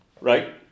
Right